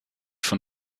von